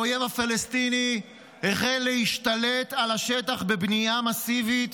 האויב הפלסטיני החל להשתלט על השטח בבנייה מסיבית